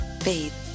faith